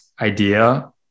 idea